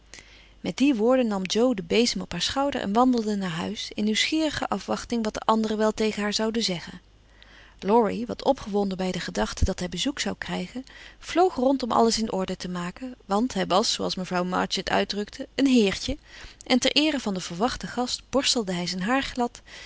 met die woorden nam jo den bezem op haar schouder en wandelde naar huis in nieuwsgierige afwachting wat de anderen wel tegen haar zeggen zouden laurie wat opgewonden bij de gedachte dat hij bezoek zou krijgen vloog rond om alles in orde te maken want hij was zooals mevrouw march het uitdrukte een heertje en ter eere van de verwachte gast borstelde hij zijn haar glad